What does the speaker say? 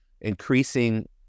increasing